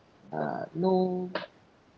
uh no